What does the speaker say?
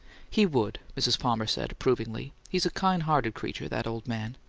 he would, mrs. palmer said, approvingly. he's a kind-hearted creature, that old man.